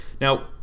Now